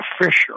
Fisher